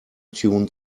tune